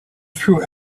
true